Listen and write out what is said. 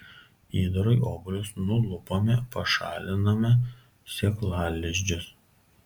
įdarui obuolius nulupame pašaliname sėklalizdžius